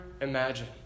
imagine